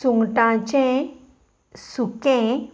सुंगटाचें सुकें